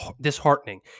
disheartening